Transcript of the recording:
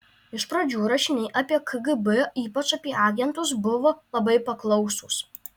iš pradžių rašiniai apie kgb ypač apie agentus buvo labai paklausūs